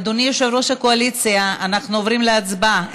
אדוני יושב-ראש הקואליציה, אנחנו עוברים להצבעה.